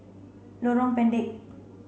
Lorong Pendek